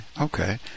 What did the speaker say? Okay